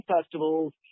festivals